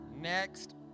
Next